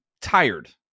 tired